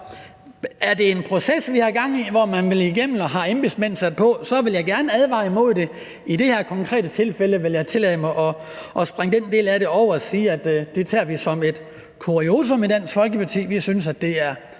Så er det en proces, vi har gang i, hvor man har embedsmænd sat på, så vil jeg gerne advare imod det. I det her konkrete tilfælde vil jeg tillade mig at springe den del af det over og sige, at det tager vi som et kuriosum i Dansk Folkeparti. Vi synes, at det sådan